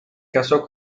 casó